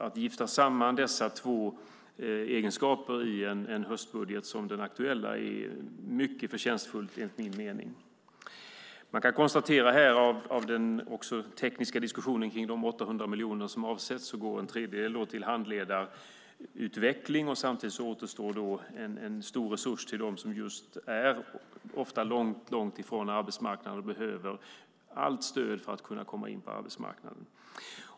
Att gifta samman dessa två egenskaper i en höstbudget, som den nu aktuella, är enligt min mening mycket förtjänstfullt. Vad gäller den tekniska diskussionen om de 800 miljoner som avsätts kan man konstatera att en tredjedel går till handledarutveckling samtidigt som det återstår en stor resurs till dem som ofta står långt från arbetsmarknaden och behöver allt stöd för att kunna komma in på den.